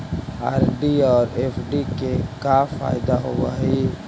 RD और FD के का फायदा होव हई?